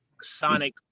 Sonic